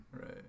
Right